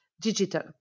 digital